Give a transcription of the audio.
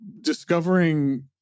discovering